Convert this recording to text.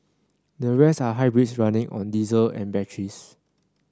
the rest are hybrids running on diesel and batteries